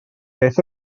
beth